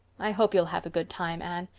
i hope you'll have a good time, anne.